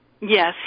Yes